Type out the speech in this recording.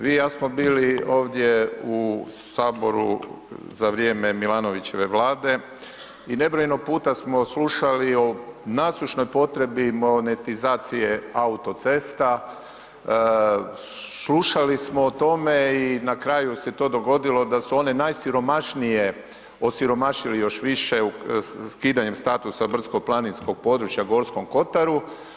Vi i ja smo bili ovdje u Saboru za vrijeme Milanovićeve Vlade i nebrojeno puta smo slušali o nasušnoj potrebi monetizacije autocesta, slušali smo o tome i na kraju se to dogodilo da su one najsiromašnije osiromašili još više skidanjem statusa brdsko-planinskog područja u Gorskom kotaru.